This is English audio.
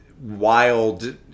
wild